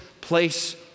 place